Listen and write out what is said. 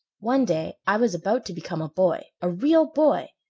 one day i was about to become a boy, a real boy,